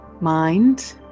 mind